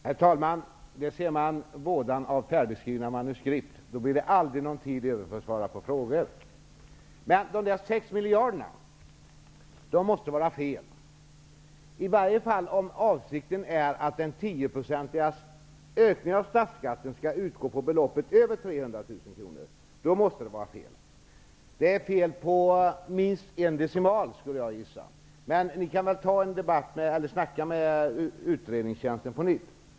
Herr talman! Där ser man vådan av färdigskrivna manuskript. Då blir det aldrig någon tid över för att svara på frågor. De 6 miljarderna måste vara fel, i varje fall om avsikten är att den 10-procentiga ökningen av statsskatten skall utgå på beloppet över 300 000 kr. Då måste det vara fel. Det är fel på minst en decimal, skulle jag gissa. Men ni kan väl tala med utredningstjänsten på nytt.